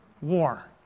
War